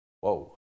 whoa